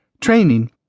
Training